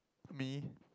me